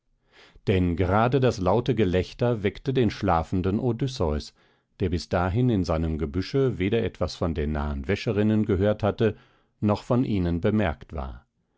denn gerade das laute gelächter weckte den schlafenden odysseus der bis dahin in seinem gebüsche weder etwas von den nahen wäscherinnen gehört hatte noch von ihnen bemerkt war